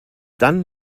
dann